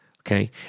okay